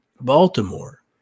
Baltimore